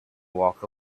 walk